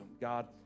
God